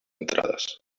entrades